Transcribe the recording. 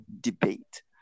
debate